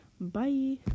Bye